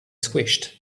squished